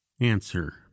answer